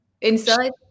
inside